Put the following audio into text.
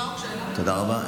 תודה רבה.